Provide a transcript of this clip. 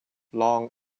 long